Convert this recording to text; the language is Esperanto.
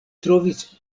trovis